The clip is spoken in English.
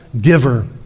giver